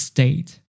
State